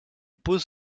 pose